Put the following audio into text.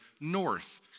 north